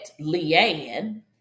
Leanne